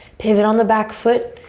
pivot on the back foot.